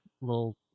little